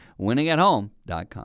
winningathome.com